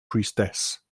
priestess